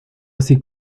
así